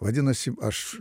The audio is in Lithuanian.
vadinasi aš